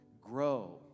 grow